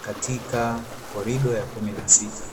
katika korido ya kumi na sita.